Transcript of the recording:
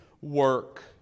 work